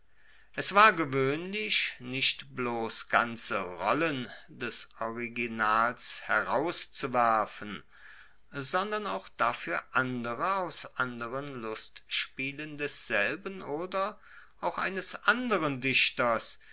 es war gewoehnlich nicht bloss ganze rollen des originals herauszuwerfen sondern auch dafuer andere aus anderen lustspielen desselben oder auch eines anderen dichters